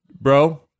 Bro